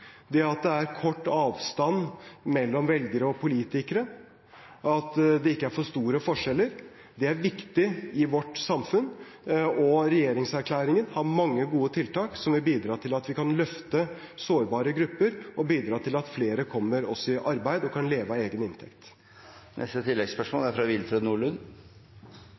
Det at det er kort avstand mellom velgere og politikere, at det ikke er for store forskjeller, er viktig i vårt samfunn. Regjeringserklæringen har mange gode tiltak som vil bidra til at vi kan løfte sårbare grupper, og til at flere kommer i arbeid og kan leve av egen inntekt. Willfred Nordlund – til oppfølgingsspørsmål. Antallet mottakere av bostøtte er